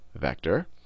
vector